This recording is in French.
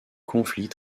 conflit